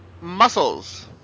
Muscles